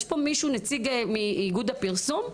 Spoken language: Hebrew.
יש פה נציג מאיגוד הפרסום?